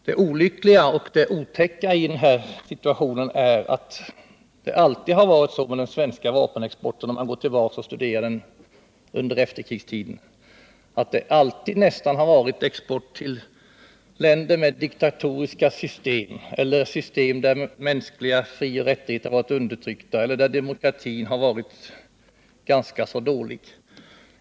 Det olyckliga och det otäcka är att den svenska vapenexporten under efterkrigstiden nästan alltid har gått till länder med diktatoriska system eller system där mänskliga frioch rättigheter varit undertryckta eller där demokratin har varit ganska dålig.